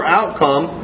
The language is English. outcome